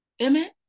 Amen